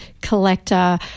collector